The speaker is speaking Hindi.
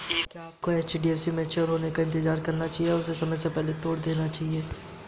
क्या आपको एफ.डी के मैच्योर होने का इंतज़ार करना चाहिए या उन्हें समय से पहले तोड़ देना चाहिए?